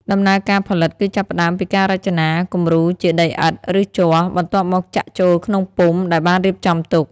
ដំណើរការផលិតគឺចាប់ផ្ដើមពីការរចនាគំរូជាដីឥដ្ឋ ឬជ័រ បន្ទាប់មកចាក់ចូលក្នុងពុម្ពដែលបានរៀបចំទុក។